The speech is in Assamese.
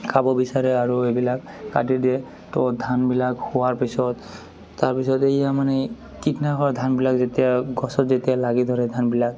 খাব বিচাৰে আৰু এইবিলাক কাটি দিয়ে তো ধানবিলাক হোৱাৰ পিছত তাৰপিছত এইয়া মানে কিনা হোৱা ধানবিলাক যেতিয়া গছত যেতিয়া লাগি ধৰে ধানবিলাক